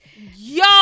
Yo